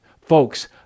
Folks